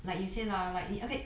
like you say lah like okay